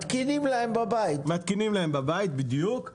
מתקינים להם בבית -- מתקינים להב בבית, בדיוק.